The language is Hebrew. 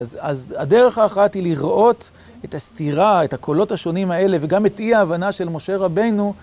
אז אז הדרך האחת היא לראות את הסתירה, את הקולות השונים האלה וגם את אי ההבנה של משה רבנו.